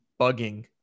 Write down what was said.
bugging